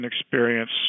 experience